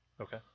okay